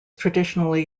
traditionally